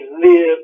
live